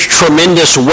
tremendous